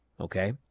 okay